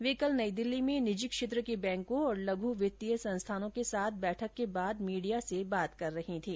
वे कल नई दिल्ली में निजी क्षेत्र के बैंकों और लघ् वित्तीय संस्थानों के साथ बैठक के बाद मीडिया से बात कर रही थीं